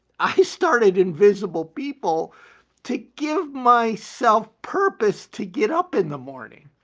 i started invisible people to give myself purpose to get up in the morning.